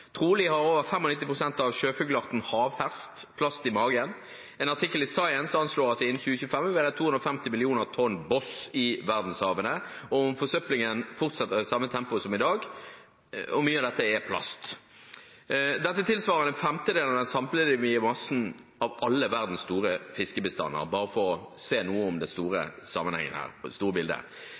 har over 95 pst. av sjøfuglarten havhest plast i magen.» Og videre: «En artikkel i Science anslår at det innen 2025 vil være 250 millioner tonn søppel i verdenshavene, om forsøplingen fortsetter i samme tempo som i dag. Mye av dette er plast. Dette tilsvarer en femtedel av den samlede biomassen av alle verdens store fiskebestander.» – Dette bare for å si noe om det store bildet her.